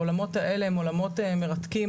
העולמות האלה הם עולמות מרתקים,